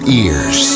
ears